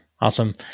Awesome